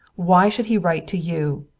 why should he write to you?